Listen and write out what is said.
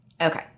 Okay